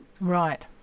Right